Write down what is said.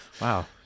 Wow